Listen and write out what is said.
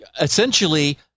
essentially